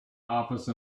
office